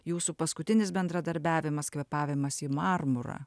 jūsų paskutinis bendradarbiavimas kvėpavimas į marmurą